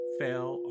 fell